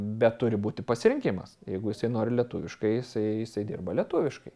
bet turi būti pasirinkimas jeigu jisai nori lietuviškai jisai jisai dirba lietuviškai